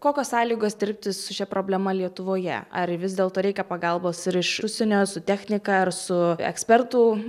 kokios sąlygos dirbti su šia problema lietuvoje ar vis dėlto reikia pagalbos ir iš užsienio su technika ar su ekspertų